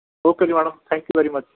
okay ਜੀ madam thank you very much